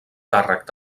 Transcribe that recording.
càrrec